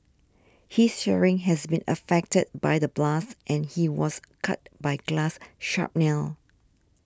his hearing has been affected by the blast and he was cut by glass shrapnel